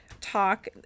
talk